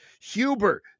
Huber